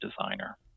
designer